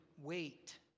wait